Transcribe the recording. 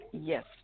yes